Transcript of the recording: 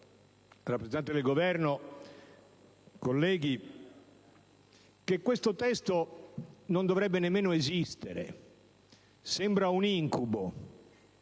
rappresentanti del Governo e colleghi, che questo testo non dovrebbe nemmeno esistere. Sembra un incubo.